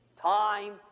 time